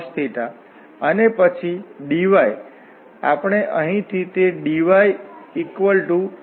તેથી Green's theorem કહે છે કે આ લાઇન ઇન્ટિગ્રલ છે જ્યાં આપણે આ F2 લઈશું અને આ માઇનસ ચિન્હ સાથે F1 હશે કે જે હાફ પહેલાથી જ છે